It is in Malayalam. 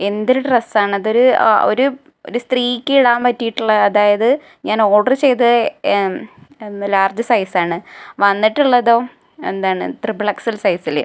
എന്തൊരു ഡ്രസ്സാണ് അതൊരു ആ ഒരു ഒരു സ്ത്രീക്ക് ഇടാൻ പറ്റിയിട്ടുള്ള അതായത് ഞാൻ ഓർഡറ് ചെയ്ത എന്തെ ലാർജ് സൈസാണ് വന്നിട്ടുള്ളതോ എന്താണ് ത്രിബിൾ എക്സൽ സൈസിൽ